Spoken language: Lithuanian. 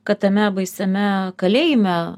kad tame baisiame kalėjime